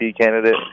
candidate